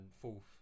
fourth